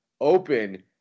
open